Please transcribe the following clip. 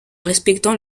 respectant